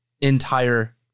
entire